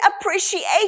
appreciation